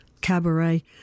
cabaret